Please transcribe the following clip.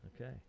Okay